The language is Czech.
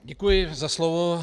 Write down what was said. Děkuji za slovo.